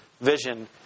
vision